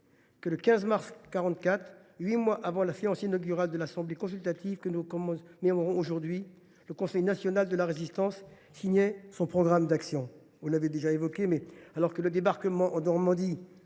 le 15 mars 1944, huit mois avant la séance inaugurale de l’Assemblée consultative que nous commémorons aujourd’hui, le Conseil national de la Résistance signait son programme d’action. Alors que le débarquement de Normandie